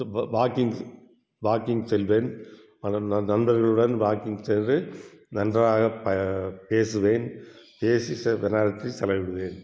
walking walking செல்வேன் பல நண்பர்களுடன் வாக்கிங் சென்று நன்றாக ப பேசுவேன் பேசி நேரத்தை செலவிடுவேன்